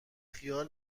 خیال